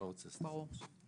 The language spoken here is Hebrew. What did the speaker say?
ברור.